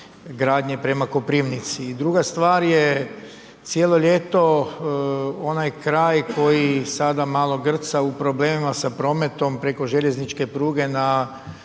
gradnje prema Koprivnici. I druga stvar je, cijelo ljeto, onaj kraj koji sada malo grca u problemima sa prometom, preko željezničke pruge na